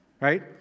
right